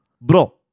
Bro